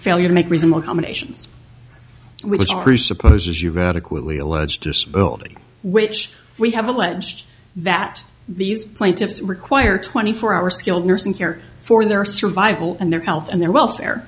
failure to make reasonable accommodations which presupposes you've adequately alleged disability which we have alleged that these plaintiffs require twenty four hour skilled nursing care for their survival and their health and their welfare